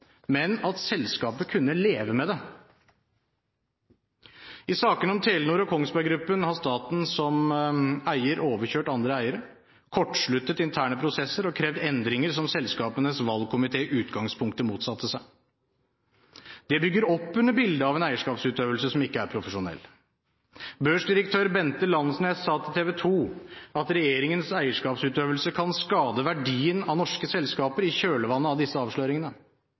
men at selskapet kunne leve med det. I sakene om Telenor og Kongsberg Gruppen har staten som eier overkjørt andre eiere, kortsluttet interne prosesser og krevd endringer som selskapenes valgkomité i utgangspunktet motsatte seg. Det bygger opp under bildet av en eierskapsutøvelse som ikke er profesjonell. Børsdirektør Bente Landsnes sa til TV 2 at regjeringens eierskapsutøvelse kan skade verdien av norske selskaper i kjølvannet av disse avsløringene.